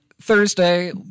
Thursday